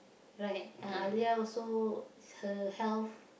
right Alia also her health